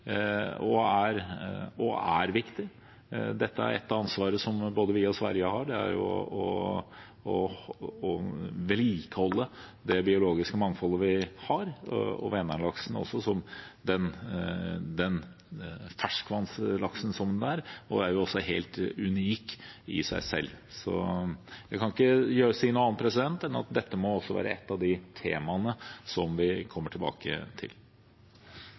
og den er viktig. Dette er et ansvar som både vi og Sverige har for å vedlikeholde det biologiske mangfoldet. Vänern-laksen, som den ferskvannslaksen den er, er helt unik i seg selv. Jeg kan ikke si noe annet enn at dette må være et av de temaene vi kommer tilbake til.